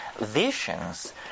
visions